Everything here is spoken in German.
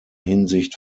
hinsicht